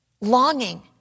longing